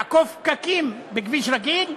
לעקוף פקקים בכביש רגיל,